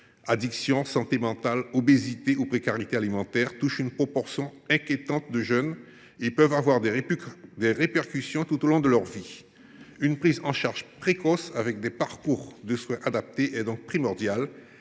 d’addictions, de santé mentale, d’obésité et de précarité alimentaire, qui touchent une proportion inquiétante de jeunes, peuvent avoir des répercussions tout au long de leur vie. Une prise en charge précoce, avec des parcours de soins adaptés, est donc primordiale.